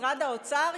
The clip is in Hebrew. משרד האוצר,